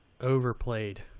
Overplayed